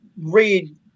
read